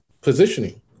positioning